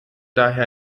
daher